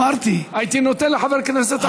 הייתי נותן לחבר כנסת אחר.